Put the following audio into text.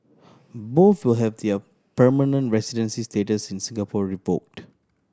both will have their permanent residency status in Singapore revoked